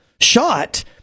shot